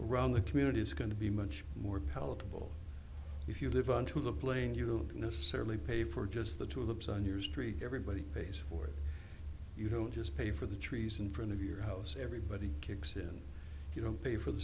right the community is going to be much more palatable if you live on to the plane you'll necessarily pay for just the two loops on your street everybody pays for it you don't just pay for the trees in front of your house everybody kicks in you know pay for the